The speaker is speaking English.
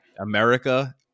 america